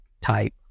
type